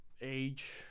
age